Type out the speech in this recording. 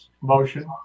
Motion